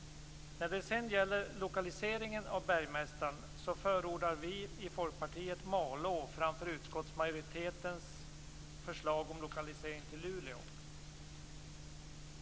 När det sedan gäller lokaliseringen av bergmästaren så förordar vi i Folkpartiet Malå framför utskottsmajoritetens förslag om lokalisering till Luleå.